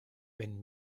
wenn